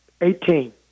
Eighteen